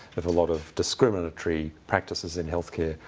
of a lot of discriminatory practices in healthcare,